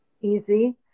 easy